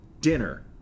dinner